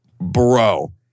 Bro